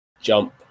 jump